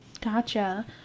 gotcha